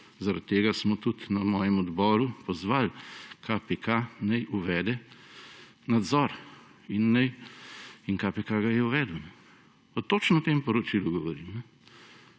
Zaradi tega smo tudi na mojem odboru pozvali KPK, naj uvede nadzor. In KPK ga je uvedel. Točno o tem poročilu govorim,